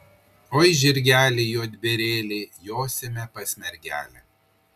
oi žirgeli juodbėrėli josime pas mergelę